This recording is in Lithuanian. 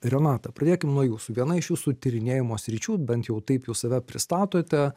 renata pradėkim nuo jūsų viena iš jūsų tyrinėjimo sričių bent jau taip jūs save pristatote